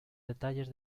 detalles